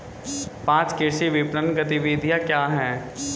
पाँच कृषि विपणन गतिविधियाँ क्या हैं?